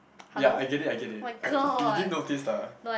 ya I get it I get it I you didn't notice lah